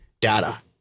data